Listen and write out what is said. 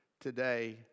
today